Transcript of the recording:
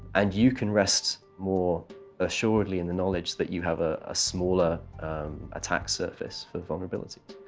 and you can rest more assuredly in the knowledge that you have a ah smaller attack surface for vulnerabilities.